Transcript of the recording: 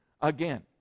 Again